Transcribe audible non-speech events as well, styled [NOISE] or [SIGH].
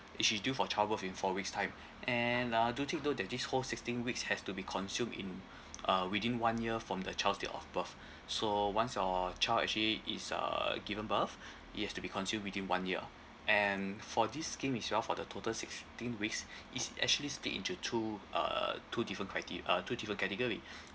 if she due for childbirth in four weeks time and uh do take note that this whole sixteen weeks has to be consumed in uh within one year from the child's date of birth [BREATH] so once your child actually is uh given birth [BREATH] it has to be consumed within one year and for this scheme as well for the total sixteen weeks it's actually split into two uh two different crite~ uh two different category [BREATH]